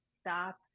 stop